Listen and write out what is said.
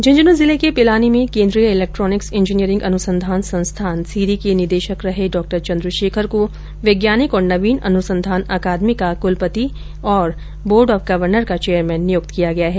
झुंझुनू जिले के पिलानी में केन्द्रीय इलेक्ट्रोनिक्स इजीनियरिंग अनुसंधान संस्थान सीरी के निदेशक रहे डॉक्टर चंद्रशेखर को वैज्ञानिक और नवीन अनुसंधान अकादमी एसीएसआईआर का कुलपति और बोर्ड ऑफ गवर्नर का चेयरमैन नियुक्त किया गया है